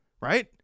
right